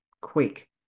quick